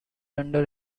under